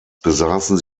besaßen